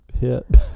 hit